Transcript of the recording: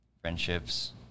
friendships